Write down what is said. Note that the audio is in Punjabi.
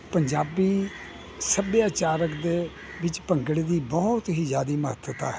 ਪੰਜਾਬੀ ਸੱਭਿਆਚਾਰਕ ਦੇ ਵਿੱਚ ਭੰਗੜੇ ਦੀ ਬਹੁਤ ਹੀ ਜ਼ਿਆਦੀ ਮਹੱਤਤਾ ਹੈ